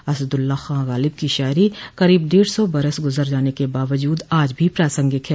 असदुल्लाह खां ग़ालिब की शायरी करीब डेढ़ सौ बरस गुजर जाने के बावजूद आज भी प्रासंगिक है